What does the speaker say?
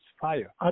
Fire